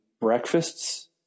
breakfasts